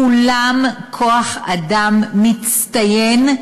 כולם כוח-אדם מצטיין,